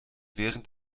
während